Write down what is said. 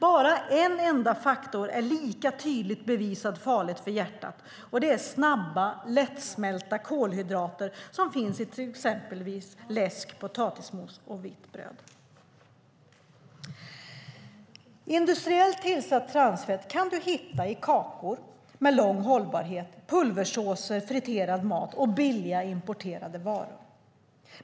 Bara en enda faktor är lika tydligt bevisad som farlig för hjärtat, och det är snabba, lättsmälta kolhydrater som finns i exempelvis läsk, potatismos och vitt bröd. Industriellt tillsatt transfett kan du hitta i kakor med lång hållbarhet, pulversåser, friterad mat och billiga importerade varor.